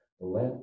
Let